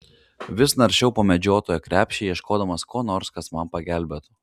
vis naršiau po medžiotojo krepšį ieškodamas ko nors kas man pagelbėtų